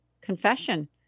confession